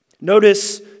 Notice